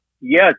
yes